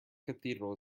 cathedral